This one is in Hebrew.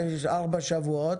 ארבעה שבועות.